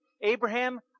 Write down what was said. Abraham